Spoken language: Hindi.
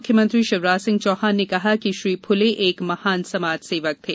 मुख्यमंत्री शिवराजसिंह चौहान ने कहा कि श्री फुले एक महान समाज सेवक थे